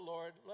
Lord